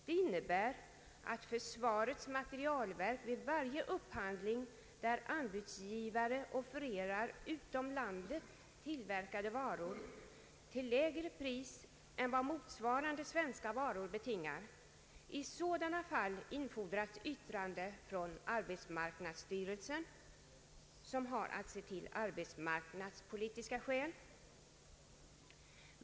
Det innebär att försvarets materielverk vid varje upphandling, där anbudsgivare offererar utom landet tillverkade varor till lägre pris än vad motsvarande svenska varor betingar, infordrar yttrande från arbetsmarknadsstyrelsen, som har att se till arbetsmarknadspolitiska skäl.